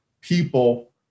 people